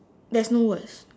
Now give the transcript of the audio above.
there's no words